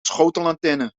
schotelantenne